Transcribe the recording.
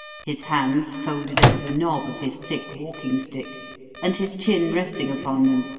his hands folded over the knob of his thick walking-stick and his chin resting upon them,